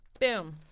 boom